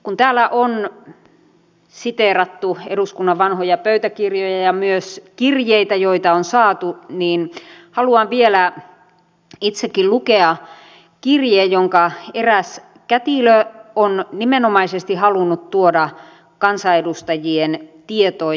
kun täällä on siteerattu eduskunnan vanhoja pöytäkirjoja ja myös kirjeitä joita on saatu niin haluan vielä itsekin lukea kirjeen jonka eräs kätilö on nimenomaisesti halunnut tuoda kansanedustajien tietoon